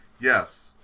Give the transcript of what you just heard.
Yes